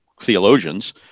theologians